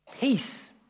Peace